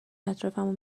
اطرافمو